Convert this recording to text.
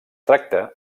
tracta